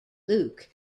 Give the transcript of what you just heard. luke